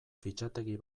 fitxategi